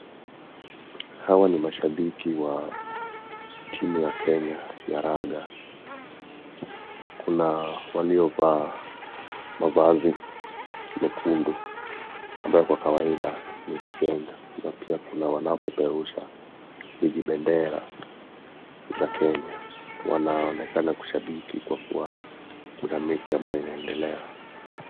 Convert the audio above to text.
Hawa ni mashabiki wa timu ya kenya ya raga, kuna waliovaa mavazi mekundu ambayo kwa kawaida ni za kenya, pia kuna wanao peperusha vijibendera za kenya, wanaonekana kushabiki kwa kuwa kuna mechi ambayo inaendelea.